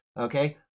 okay